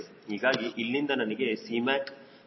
ಹೀಗಾಗಿ ಇಲ್ಲಿಂದ ನನಗೆ Cmac ಮೌಲ್ಯವು ಸಿಗುತ್ತದೆ